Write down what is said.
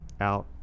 out